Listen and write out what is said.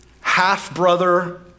half-brother